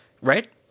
Right